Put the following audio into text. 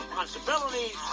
responsibilities